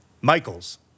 Michaels